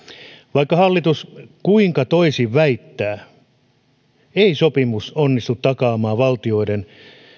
vaikka hallitus kuinka väittää toisin ei sopimus onnistu takaamaan valtioiden